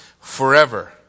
Forever